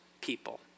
people